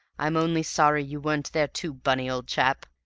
i'm only sorry you weren't there, too, bunny, old chap.